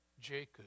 Jacob